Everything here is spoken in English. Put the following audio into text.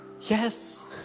yes